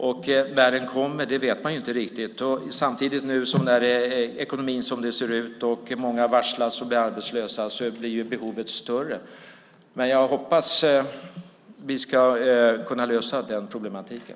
När detta kommer vet man inte riktigt. Samtidigt blir ju behovet större, som det ser ut nu med ekonomin och när många varslas och blir arbetslösa. Men jag hoppas att vi ska kunna lösa den problematiken.